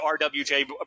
RWJ